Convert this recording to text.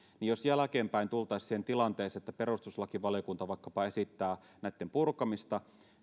jos jälkeenpäin tultaisiin siihen tilanteeseen että perustuslakivaliokunta vaikkapa esittää näitten purkamista